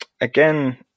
Again